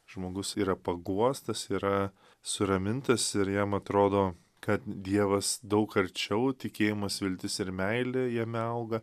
žmogus yra paguostas yra suramintas ir jam atrodo kad dievas daug arčiau tikėjimas viltis ir meilė jame auga